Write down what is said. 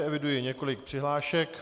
Eviduji několik přihlášek.